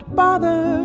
bother